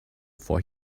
for